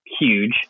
huge